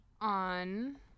on